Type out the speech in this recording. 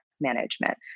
management